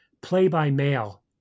play-by-mail